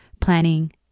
planning